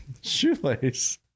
shoelace